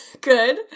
good